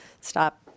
stop